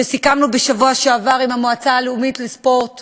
שסיכמנו בשבוע שעבר עם המועצה הלאומית לספורט